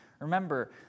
Remember